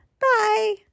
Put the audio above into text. Bye